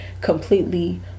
completely